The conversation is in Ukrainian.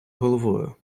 головою